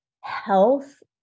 health